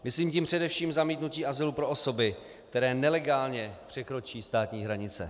Myslím tím především zamítnutí azylu pro osoby, které nelegálně překročí státní hranice.